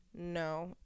no